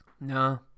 no